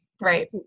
Right